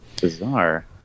Bizarre